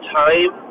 time